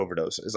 overdoses